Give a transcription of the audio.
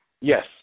Yes